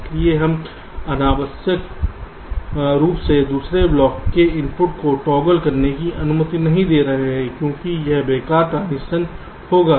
इसलिए हम अनावश्यक रूप से दूसरे ब्लॉक के इनपुट को टॉगल करने की अनुमति नहीं दे रहे हैं क्योंकि यह बेकार ट्रांजीशन होगा